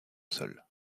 sol